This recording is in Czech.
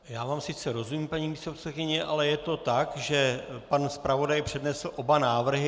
Já vám sice rozumím, paní místopředsedkyně, ale je to tak, že pan zpravodaj přednesl oba návrhy.